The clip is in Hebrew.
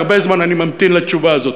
והרבה זמן אני ממתין לתשובה הזאת.